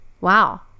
Wow